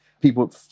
People